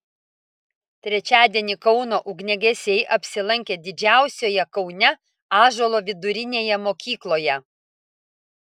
trečiadienį kauno ugniagesiai apsilankė didžiausioje kaune ąžuolo vidurinėje mokykloje